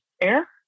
air